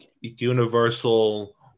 universal